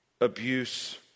Abuse